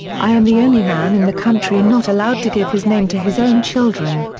i am the only man in the country not allowed to give his name to his own children.